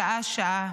שעה-שעה,